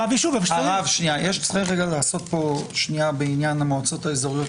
צריך לעשות פה הבחנה בעניין המועצות האזוריות.